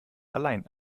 allein